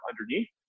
underneath